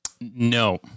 No